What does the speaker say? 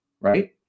right